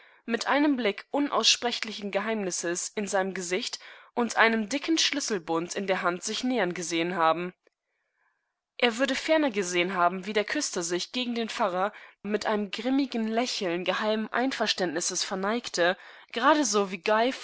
mit einem strengen gelben gesicht er war ein protestantischer loyola seinem ansehen und ein fleißiger schuhmacher seinem handwerke nach mit einem blick unaussprechlichengeheimnissesinseinemgesichtundeinemdickenschlüsselbundin derhandsichnäherngesehenhaben er würde ferner gesehen haben wie der küster sich gegen den pfarrer mit einem grimmigen lächeln geheimen einverständnisses verneigte gerade so wie